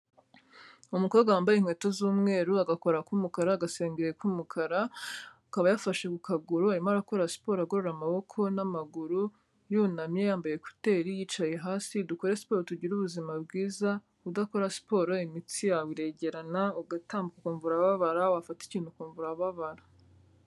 Umukobwa wambaye inkweto z'umweru, agakora k'umukara, agasengeri k'umukara, akaba yafashe ku kaguru arimo arakora siporo agorora amaboko n'amaguru, yunamye yambaye ekuteri yicaye hasi, dukore siporo tugire ubuzima bwiza, udakora siporo imitsi yawe iregerana ugatambuka ukumva urababara, wafata ikintu ukumva urababara.